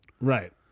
Right